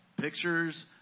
pictures